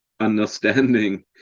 understanding